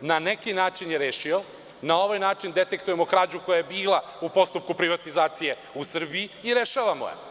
na neki način je rešio, na ovaj način detektujemo krađu koja je bila u postupku privatizacije u Srbiji i rešavamo je.